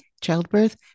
childbirth